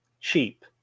cheap